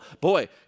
boy